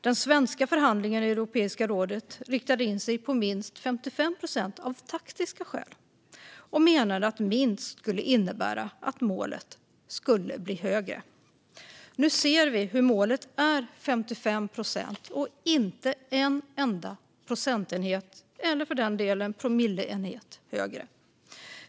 Den svenska förhandlingen i Europeiska rådet riktade in sig på minst 55 procent av taktiska skäl och menade att minst skulle innebära att målet skulle bli högre. Nu ser vi hur målet är 55 procent och inte en enda procentenhet, eller promilleenhet, högre.